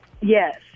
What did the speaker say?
Yes